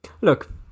Look